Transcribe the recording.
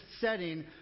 setting